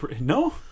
No